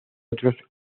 otros